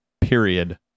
period